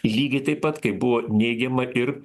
lygiai taip pat kaip buvo neigiama ir